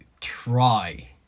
try